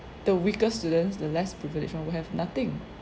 the weaker students the less privileged one will have nothing